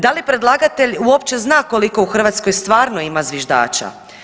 Da li predlagatelj uopće zna koliko u Hrvatskoj stvarno ima zviždača?